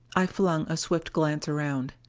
i flung a swift glance around.